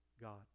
God